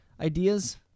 ideas